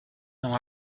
não